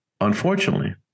Unfortunately